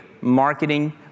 marketing